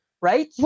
Right